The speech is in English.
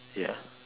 ya